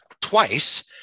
twice